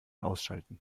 ausschalten